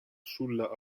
sulla